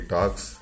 Talks